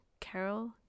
Carol